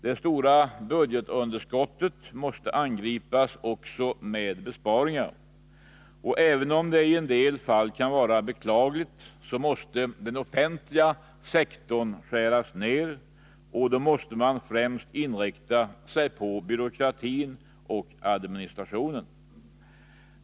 Det stora budgetunderskottet måste angripas också med besparingar. Även om det i en del fall kan vara beklagligt, måste den offentliga sektorn skäras ner, och då måste man främst inrikta sig på byråkratin och administrationen.